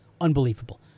unbelievable